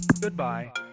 Goodbye